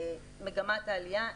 מגמת עלייה.